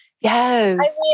Yes